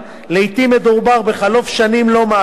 לעתים מדובר בחלוף שנים לא מעטות,